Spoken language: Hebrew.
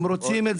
הם רוצים.